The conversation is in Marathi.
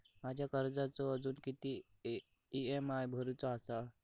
माझ्या कर्जाचो अजून किती ई.एम.आय भरूचो असा?